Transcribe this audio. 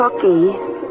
Cookie